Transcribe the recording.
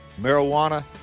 marijuana